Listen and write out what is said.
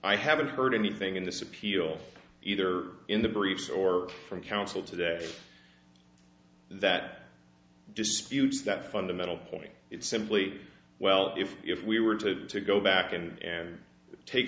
i haven't heard anything in this appeal either in the briefs or from counsel today that disputes that fundamental point it's simply well if if we were to go back and